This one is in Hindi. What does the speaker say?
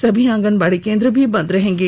सभी आंगनबाड़ी केंद्र भी बंद रहेंगे